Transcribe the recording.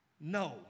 no